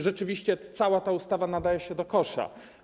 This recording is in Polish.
Rzeczywiście cała ta ustawa nadaje się do kosza.